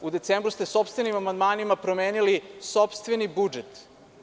U decembru ste sopstvenim amandmanima promenili sopstveni budžet.